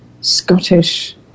Scottish